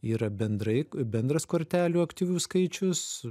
yra bendrai bendras kortelių aktyvių skaičius